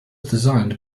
designed